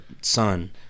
son